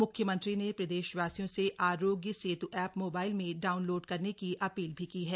म्ख्यमंत्री ने प्रदेशवासियों से आरोग्य सेत् एप मोबाइल में डाउनलोड करने की अपील भी की है